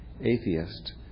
atheist